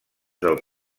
del